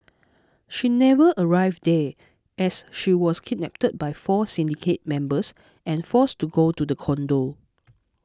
she never arrived there as she was kidnapped by four syndicate members and forced to go to the condo